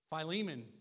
Philemon